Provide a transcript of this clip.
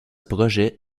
projet